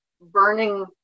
burning